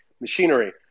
machinery